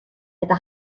eta